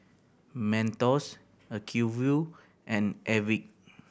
Mentos Acuvue and Airwick